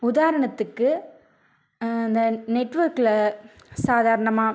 உதாரணத்துக்கு இந்த நெட்ஒர்க்கில் சாதாரணமாக